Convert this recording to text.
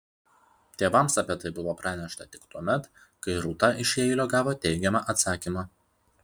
tėvams apie tai buvo pranešta tik tuomet kai rūta iš jeilio gavo teigiamą atsakymą